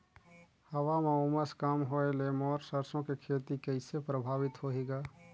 हवा म उमस कम होए ले मोर सरसो के खेती कइसे प्रभावित होही ग?